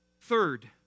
Third